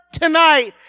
tonight